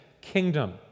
kingdom